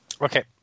Okay